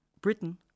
Britain